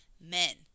men